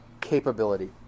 capability